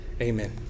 Amen